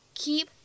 ，keep